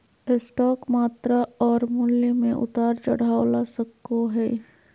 stock मात्रा और मूल्य में उतार चढ़ाव ला सको हइ